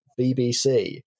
BBC